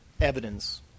evidence